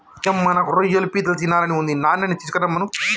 యమ్మ నాకు రొయ్యలు పీతలు తినాలని ఉంది నాన్ననీ తీసుకురమ్మను